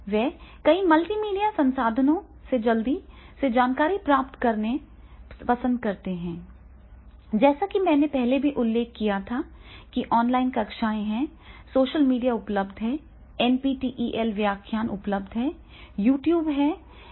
वे कई मल्टीमीडिया संसाधनों से जल्दी से जानकारी प्राप्त करना पसंद करते हैं जैसा कि मैंने पहले उल्लेख किया था कि ऑनलाइन कक्षाएं हैं सोशल मीडिया उपलब्ध है एनपीटीईएल व्याख्यान उपलब्ध हैं यूट्यूब हैं